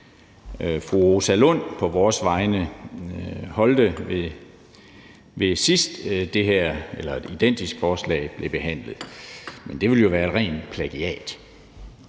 fru Rosa Lund på vores vegne holdt, sidst et identisk forslag blev behandlet, men det ville jo være et rent plagiat.